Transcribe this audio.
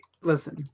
listen